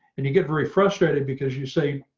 and you get very frustrated because you say,